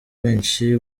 benshi